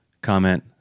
Comment